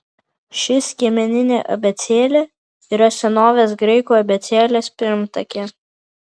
ši skiemeninė abėcėlė yra senovės graikų abėcėlės pirmtakė